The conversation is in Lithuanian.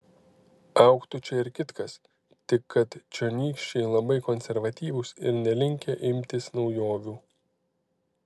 augtų čia ir kitkas tik kad čionykščiai labai konservatyvūs ir nelinkę imtis naujovių